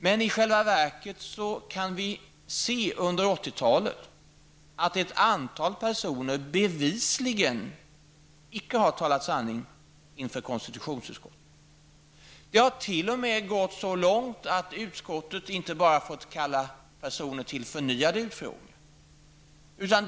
Men i själva verket kan vi se att under 80-talet ett antal personer bevisligen icke har talat sanning inför konstitutionutskottet. Det har t.o.m. gått så långt att utskottet inte bara har fått kalla personer till förnyade utfrågningar.